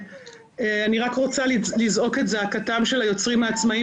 אני רק רוצה לזעוק את זעקתם של היוצרים העצמאיים